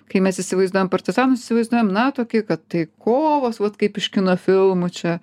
kai mes įsivaizduojam partizanus įsivaizduojam na tokį kad tai kovos vat kaip iš kino filmų čia